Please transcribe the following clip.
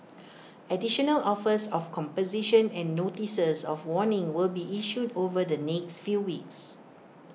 additional offers of composition and notices of warning will be issued over the next few weeks